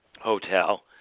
hotel